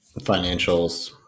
financials